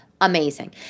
amazing